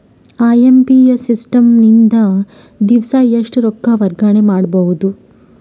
IMPS system ನಿಂದ ದಿವಸಾ ಎಷ್ಟ ರೊಕ್ಕ ವರ್ಗಾವಣೆ ಮಾಡಬಹುದು?